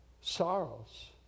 sorrows